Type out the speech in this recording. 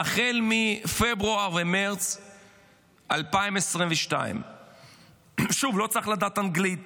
החל מפברואר ומרץ 2022. שוב, לא צריך לדעת אנגלית